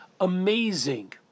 Amazing